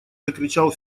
закричал